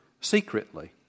secretly